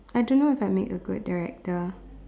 I don't know if I make a good director